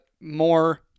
more